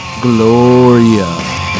gloria